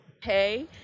Pay